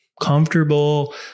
Comfortable